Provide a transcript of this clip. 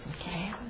Okay